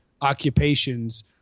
occupations